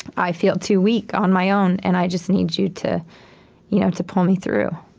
i feel too weak on my own, and i just need you to you know to pull me through.